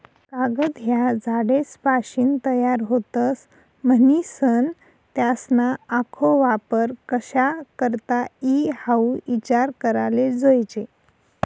कागद ह्या झाडेसपाशीन तयार व्हतस, म्हनीसन त्यासना आखो वापर कशा करता ई हाऊ ईचार कराले जोयजे